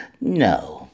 No